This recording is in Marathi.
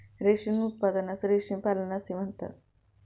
रेशीम उत्पादनास रेशीम पालन असे म्हणतात